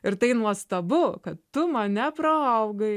ir tai nuostabu kad tu mane praaugai